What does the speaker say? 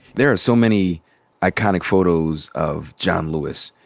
there are so many iconic photos of john lewis.